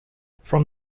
from